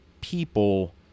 people